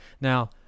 Now